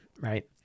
right